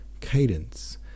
Cadence